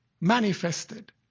manifested